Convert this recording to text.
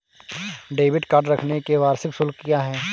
Debit card रखने का वार्षिक शुल्क क्या है?